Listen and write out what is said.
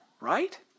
right